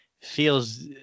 feels